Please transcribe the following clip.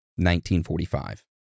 1945